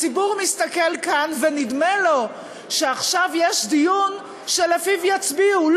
הציבור מסתכל כאן ונדמה לו שעכשיו יש דיון שלפיו יצביעו.